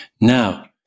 Now